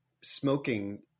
smoking